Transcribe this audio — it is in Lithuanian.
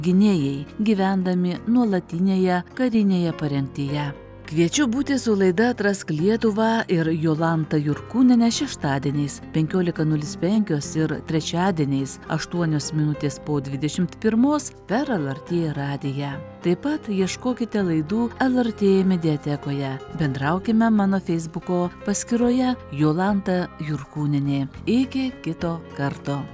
gynėjai gyvendami nuolatinėje karinėje parengtyje kviečiu būti su laida atrask lietuvą ir jolanta jurkūniene šeštadieniais penkiolika nulis penkios ir trečiadieniais aštuonios minutės po dvidešimt pirmos per lrt radiją taip pat ieškokite laidų lrt mediatekoje bendraukime mano feisbuko paskyroje jolanta jurkūnienė iki kito karto